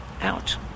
out